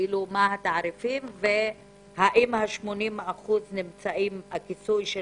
מה התעריפים, ואם הכיסוי של